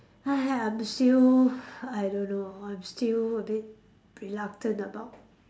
I'm still I don't know I'm still a bit reluctant about